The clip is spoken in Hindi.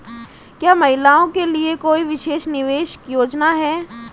क्या महिलाओं के लिए कोई विशेष निवेश योजना है?